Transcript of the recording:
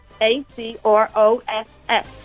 A-C-R-O-S-S